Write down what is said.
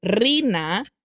Rina